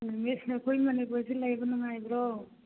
ꯃꯤꯁ ꯑꯩꯈꯣꯏ ꯃꯅꯤꯄꯨꯔꯁꯤ ꯂꯩꯕ ꯅꯨꯡꯉꯥꯏꯕ꯭ꯔꯣ